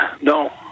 No